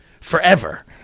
forever